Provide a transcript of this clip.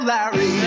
Larry